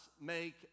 make